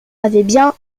avaient